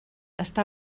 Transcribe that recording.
està